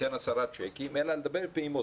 תן עשרה צ'קים אלא לדבר על פעימות.